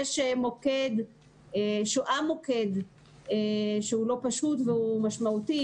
מוקד בגימנסיה שהוא לא פשוט והוא משמעותי,